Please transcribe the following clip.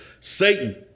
Satan